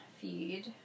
feed